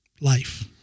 life